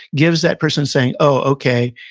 gives that person saying, oh, okay,